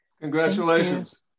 Congratulations